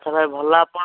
ଏଥର ଭଲ ଆପଣ